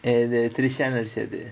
எது:ethu trisha நடிச்சது:nadichathu